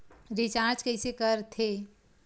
Recharge कइसे कर थे?